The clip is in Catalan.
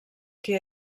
que